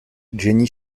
jenny